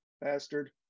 Bastard